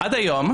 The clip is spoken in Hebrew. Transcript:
ע דיום,